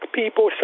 people